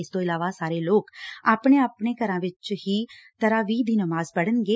ਇਸ ਤੋਂ ਇਲਾਵਾ ਸਾਰੇ ਲੋਕ ਆਪਣੇ ਆਪਣੇ ਘਰਾਂ ਵਿੱਚ ਹੀ ਤਰਾਵੀਹ ਦੀ ਨਮਾਜ਼ ਪੜਣਗੇ